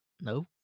No